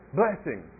blessing